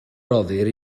rhoddir